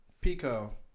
Pico